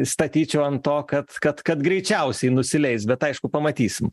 statyčiau ant to kad kad kad greičiausiai nusileis bet aišku pamatysim